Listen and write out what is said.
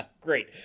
great